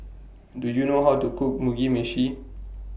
Do YOU know How to Cook Mugi Meshi